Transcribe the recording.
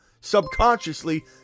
subconsciously